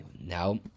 now